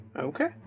okay